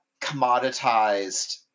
commoditized